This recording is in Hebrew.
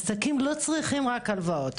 עסקים לא צריכים רק הלוואות.